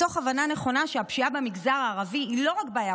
מתוך הבנה נכונה שהפשיעה במגזר הערבי היא לא רק בעיה